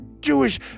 Jewish